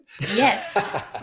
Yes